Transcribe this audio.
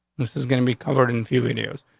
this is gonna be covered in few videos.